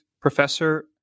Professor